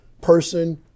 person